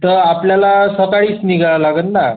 तर आपल्याला सकाळीच निघायला लागंन ना